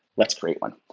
let's create one,